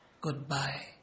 goodbye